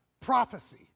Prophecy